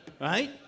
Right